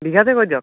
বিঘাতে কৈ দিয়ক